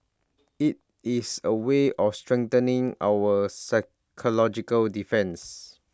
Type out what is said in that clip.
IT is A way of strengthening our psychological defence